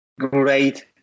great